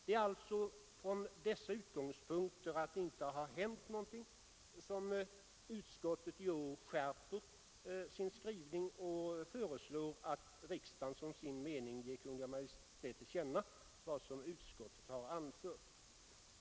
Det är alltså mot bakgrund av att det här inte har hänt något som utskottet i år skärper sin skrivning och föreslår riksdagen att som sin mening ge Kungl. Maj:t till känna vad utskottet anfört.